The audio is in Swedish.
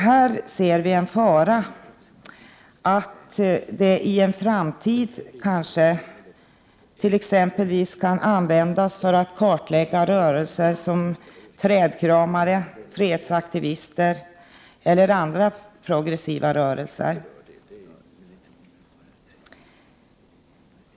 Här ser vi en fara i att teleövervakning i framtiden t.ex. kan användas för att kartlägga trädkramare, fredsaktivister eller andra progressiva grupper.